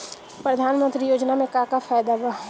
प्रधानमंत्री योजना मे का का फायदा बा?